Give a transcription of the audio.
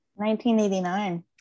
1989